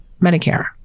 Medicare